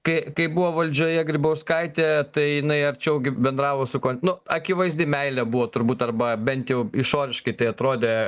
kai kai buvo valdžioje grybauskaitė tai jinai arčiau gi bendravo su kont nu akivaizdi meilė buvo turbūt arba bent jau išoriškai tai atrodė